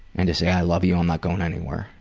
and to say, i love you, i'm not going anywhere.